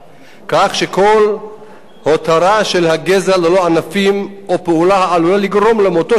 כך שכל הותרה של הגזע ללא ענפים או פעולה העלולה לגרום למותו של עץ